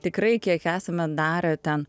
tikrai kiek esame darę ten